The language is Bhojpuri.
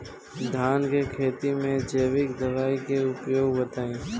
धान के खेती में जैविक दवाई के उपयोग बताइए?